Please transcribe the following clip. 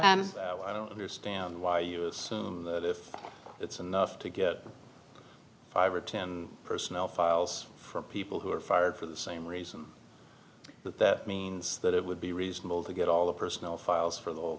case i don't understand why you assume that if it's enough to get five or ten personnel files for people who are fired for the same reason that means that it would be reasonable to get all the personal files for the